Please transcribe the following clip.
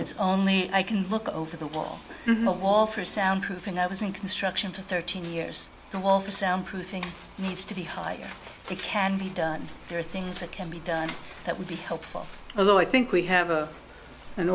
it's only i can look over the wall the wall for soundproofing i was in construction for thirteen years the wall for soundproofing needs to be high it can be done there are things that can be done that would be helpful although i think we have a an